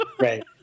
Right